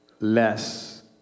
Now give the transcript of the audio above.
Less